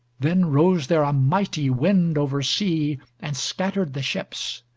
then rose there a mighty wind over sea, and scattered the ships.